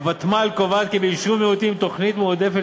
הוותמ"ל קובעת כי ביישוב מיעוטים תוכנית מועדפת